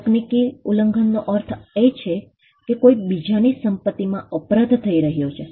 તકનીકી ઉલ્લંઘનનો અર્થ એ છે કે કોઈ બીજાની સંપત્તિમાં અપરાધ થઇ રહ્યો છે